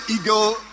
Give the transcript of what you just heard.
eagle